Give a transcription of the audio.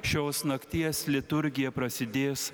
šios nakties liturgija prasidės